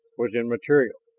was immaterial.